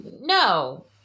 no